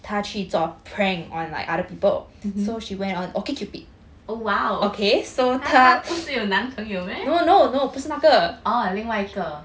mmhmm oh !wow! 她她不是有男朋友 meh oh 另外一个